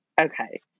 Okay